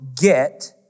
get